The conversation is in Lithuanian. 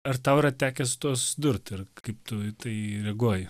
ar tau yra tekę su tuo susidurti ir kaip tu į tai reaguoji